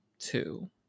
two